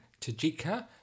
Tajika